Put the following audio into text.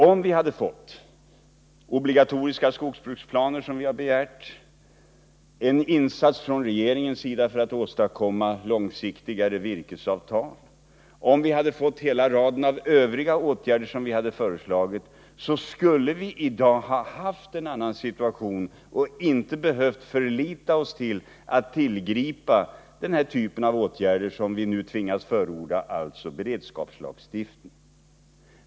Om vi hade fått obligatoriska skogsbruksplaner, som vi har begärt, om vi fått en insats från regeringens sida för att åstadkomma långsiktigare virkesavtal, om vi hade fått hela raden av övriga åtgärder vi föreslagit, skulle vi i dag haft en annan situation och inte behövt förlita oss på den typ av åtgärder vi nu tvingas förorda, alltså beredskapslagstiftning.